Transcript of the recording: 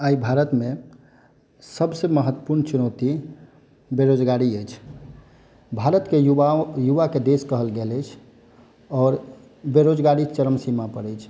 आइ भारतमे सबसे महत्वपूर्ण चुनौती बेरोजगारी अछि भारतके युवा युवा के देश कहल गेल अछि आओर बेरोजगारी चरम सीमा पर अछि